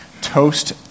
toast